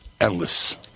endless